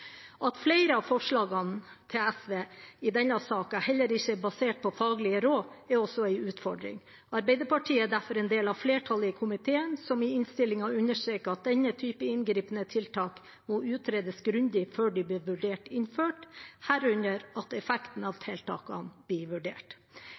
At flere av forslagene til SV i denne saken heller ikke er basert på faglige råd, er også en utfordring. Arbeiderpartiet er derfor en del av flertallet i komiteen som i innstillingen understreker at denne type inngripende tiltak må utredes grundig før de blir vurdert innført, herunder at effekten av